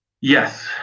Yes